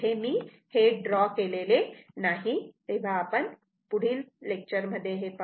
इथे मी हे